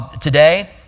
Today